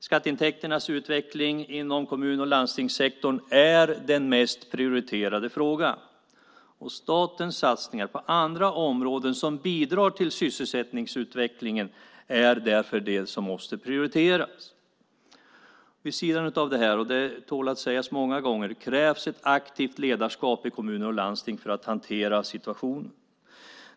Skatteintäkternas utveckling i kommun och landstingssektorn är den mest prioriterade frågan. Statens satsningar på andra områden som bidrar till sysselsättningsutvecklingen är därför det som måste prioriteras. Vid sidan av detta krävs - och det tål att sägas många gånger - ett aktivt ledarskap i kommuner och landsting för att hantera situationen.